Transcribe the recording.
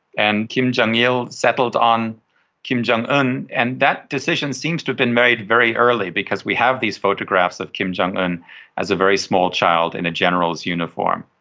and kim jong-il settled on kim jong-un, and that decision seems to have been made very early because we have these photographs of kim jong-un as a very small child in a general's uniform.